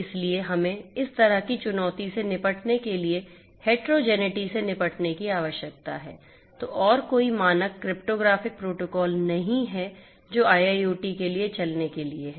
इसलिए हमें इस तरह की चुनौती से निपटने के लिए हेट्रोजेनिटी प्रोटोकॉल नहीं हैं जो IIoT के लिए चलने के लिए हैं